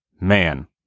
Man